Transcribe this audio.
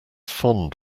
fond